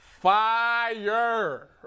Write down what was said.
Fire